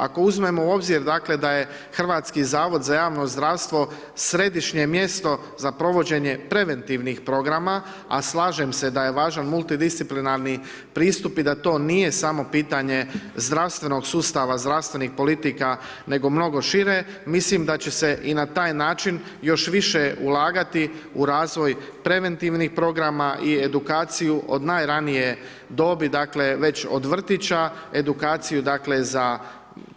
Ako uzmemo u obzir dakle, da je Hrvatski zavod za javno zdravstvo središnje mjesto za provođenje preventivnih programa, a slažem se da je važan multidisciplinarni pristup i da to nije samo pitanje zdravstvenog sustava, zdravstvenih politika, nego mnogo šire, mislim da će se na taj način još više ulagati u razvoj preventivnih programa i edukaciju od najranije dobi, dakle, već od vrtića, edukaciju za